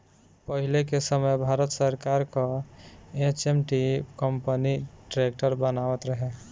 पहिले के समय भारत सरकार कअ एच.एम.टी कंपनी ट्रैक्टर बनावत रहे